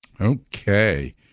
Okay